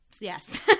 Yes